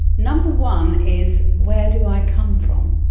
number one is where do i come from,